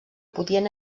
podien